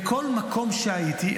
בכל מקום שהייתי,